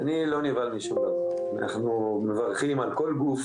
אני לא נבהל משום דבר, אנחנו מברכים על כל גוף